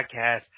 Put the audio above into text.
podcast